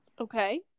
Okay